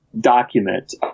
document